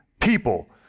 people